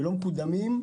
נבלמים,